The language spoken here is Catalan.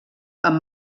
amb